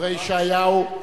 ההפטרה שאומרים ביום כיפור.